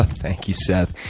thank you, seth.